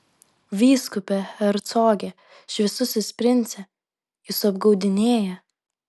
vyskupe hercoge šviesusis prince jus apgaudinėja